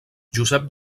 josep